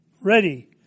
ready